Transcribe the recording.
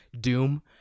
doom